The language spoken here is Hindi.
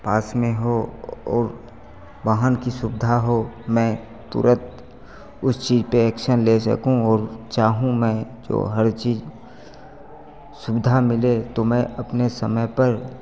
पास में हो और वाहन की सुविधा हो मैं तुरत उस चीज पे ऐक्शन ले सकूँ और चाहूँ मैं जो हर चीज सुविधा मिलें तो मैं अपने समय पर